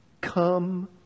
come